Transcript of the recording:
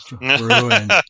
Ruined